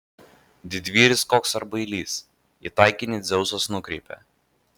didvyris koks ar bailys į taikinį dzeusas nukreipia